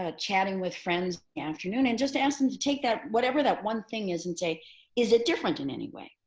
ah chatting with friends afternoon and just ask them to take that, whatever that one thing isn't and say is it different in any way?